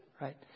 Right